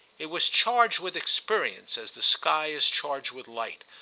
it was charged with experience as the sky is charged with light,